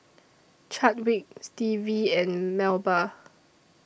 Chadwick Stevie and Melba